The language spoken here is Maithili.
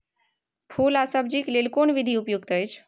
फूल आ सब्जीक लेल कोन विधी उपयुक्त अछि?